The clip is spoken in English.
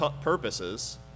purposes